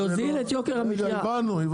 הבנו.